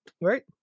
Right